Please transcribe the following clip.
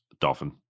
Dolphin